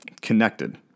connected